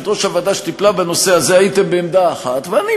והוא הביא את הצעת החוק אז, ודאי,